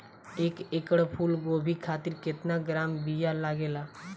एक एकड़ फूल गोभी खातिर केतना ग्राम बीया लागेला?